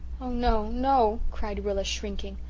oh, no no, cried rilla, shrinking.